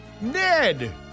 Ned